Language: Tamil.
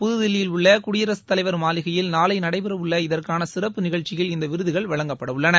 புது தில்லியில் உள்ள குடியரசுத் தலைவர் மாளிகையில் நாளை நடைபெற உள்ள இதற்கான சிறப்பு நிகழ்ச்சியில் இந்த விருதுகள் வழங்கப்பட உள்ளன